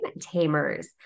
Tamers